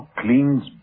clean's